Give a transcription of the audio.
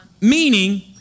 meaning